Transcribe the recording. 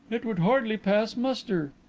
it would hardly pass muster.